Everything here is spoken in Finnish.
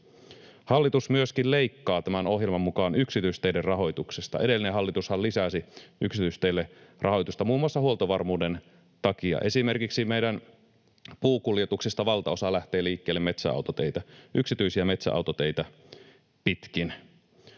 Hallitus myöskin leikkaa tämän ohjelman mukaan yksityisteiden rahoituksesta. Edellinen hallitushan lisäsi yksityisteille rahoitusta muun muassa huoltovarmuuden takia. Esimerkiksi meidän puukuljetuksista valtaosa lähtee liikkeelle yksityisiä metsäautoteitä pitkin.